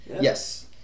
Yes